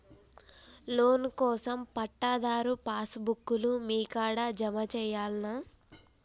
Loan కోసం పట్టాదారు pass book లు మీ కాడా జమ చేయల్నా?